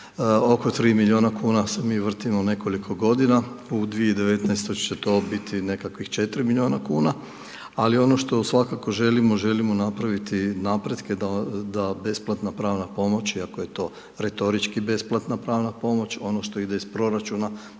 oko 3 milijuna kuna se mi vrtimo nekoliko godina, u 2019. će to biti nekakvih 4 milijuna kuna, ali ono što svakako želimo, želimo napraviti napretke da besplatna pravna pomoć, iako je to retorički besplatna pravna pomoć, ono što ide iz proračuna,